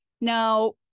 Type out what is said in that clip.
Now